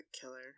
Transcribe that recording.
killer